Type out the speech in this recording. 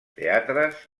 teatres